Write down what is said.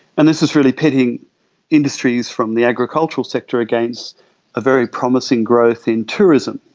and this is really pitting industries from the agricultural sector against a very promising growth in tourism.